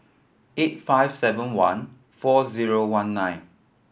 eight five seven one four zero one nine